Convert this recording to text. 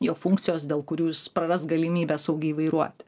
jo funkcijos dėl kurių jis praras galimybę saugiai vairuoti